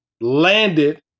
landed